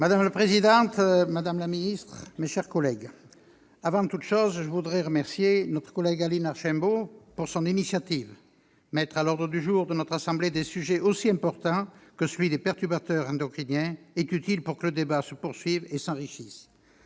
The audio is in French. Madame la présidente, madame la secrétaire d'État, mes chers collègues, avant toute chose, je veux remercier notre collègue Aline Archimbaud de son initiative. Mettre à l'ordre du jour de notre assemblée des sujets aussi importants que celui des perturbateurs endocriniens est utile pour la poursuite et l'enrichissement